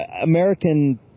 American